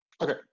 Okay